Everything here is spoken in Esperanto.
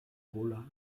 pola